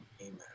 Amen